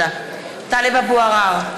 (קוראת בשמות חברי הכנסת) טלב אבו עראר,